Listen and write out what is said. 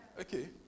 Okay